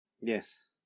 Yes